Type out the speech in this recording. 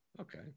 Okay